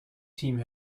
تیم